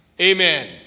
amen